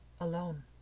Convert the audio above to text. alone